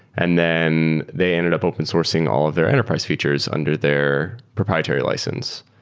and then they ended up open sourcing all of their enterprise features under their proprietary license.